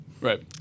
Right